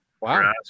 Wow